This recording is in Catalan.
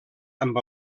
amb